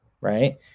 right